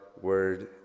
word